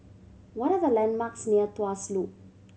what are the landmarks near Tuas Loop